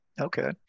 Okay